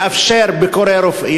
לאפשר ביקורי רופאים,